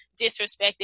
disrespected